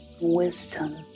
wisdom